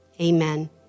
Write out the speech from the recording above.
Amen